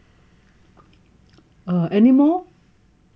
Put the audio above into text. err anymore